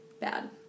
bad